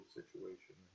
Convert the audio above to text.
situation